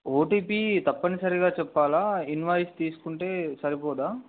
OTP తప్పనిసరిగా చెప్పాలా invoice తీసుకుంటే సరిపోద